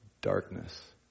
darkness